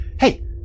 Hey